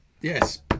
yes